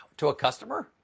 to a customer,